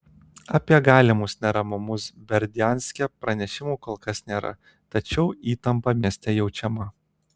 apie galimus neramumus berdianske pranešimų kol kas nėra tačiau įtampa mieste jaučiama